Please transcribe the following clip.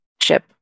ship